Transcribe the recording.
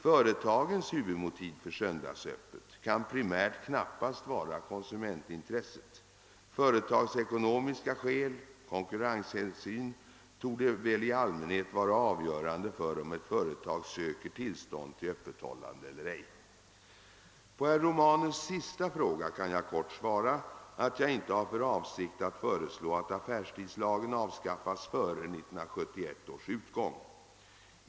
Företagens huvudmotiv för söndagsöppet kan primärt knappast vara konsumentintresset. Företagsekonomiska skäl och konkurrenshänsyn torde väl i allmänhet vara avgörande för om ett företag söker tillstånd till öppethållande eller ej. På herr Romanus? sista fråga kan jag kort svara att jag inte har för avsikt föreslå att affärstidslagen avskaffas före 1971 års utgång.